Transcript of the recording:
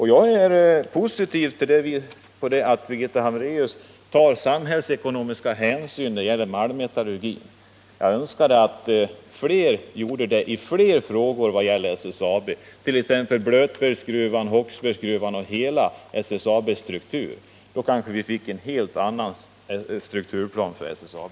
Men jag är liksom Birgitta Hambraeus positiv till att man skall ta samhällsekonomiska hänsyn när det gäller frågan om malmmetallurgin. Jag önskar att det skulle finnas fler som gjorde det i fler frågor som rör SSAB, t.ex. sådana som rör Blötbergsgruvan och Håksbergsgruvan. Det borde man göra också när det gäller hela frågan om SSAB:s struktur. Då kanske vi fick en helt annan strukturplan för SSAB.